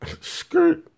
Skirt